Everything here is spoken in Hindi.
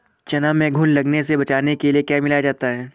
चना में घुन लगने से बचाने के लिए क्या मिलाया जाता है?